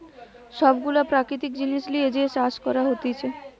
সব গুলা প্রাকৃতিক জিনিস লিয়ে যে চাষ করা হতিছে